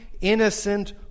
innocent